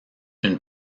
une